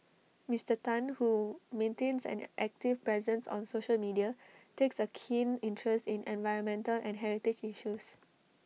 Mister Tan who maintains an active presence on social media takes A keen interest in environmental and heritage issues